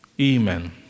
Amen